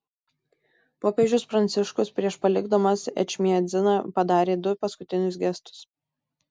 popiežius pranciškus prieš palikdamas ečmiadziną padarė du paskutinius gestus